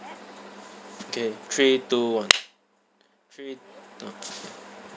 K three two one three orh